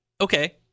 okay